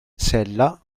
sella